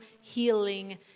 healing